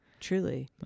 Truly